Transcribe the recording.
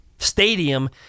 stadium